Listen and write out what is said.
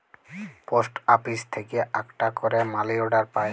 post office থেক্যে আকটা ক্যারে মালি অর্ডার পায়